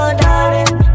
darling